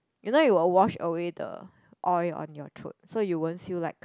you know it will wash away the oil on your throat so you won't feel like